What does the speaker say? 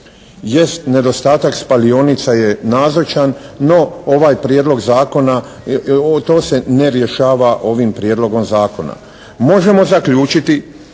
nedostatak spalionica je nazočan no ovaj Prijedlog zakona, to se ne rješava ovim Prijedlogom zakona. Možemo zaključiti